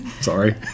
Sorry